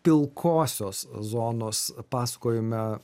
pilkosios zonos pasakojime